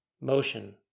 motion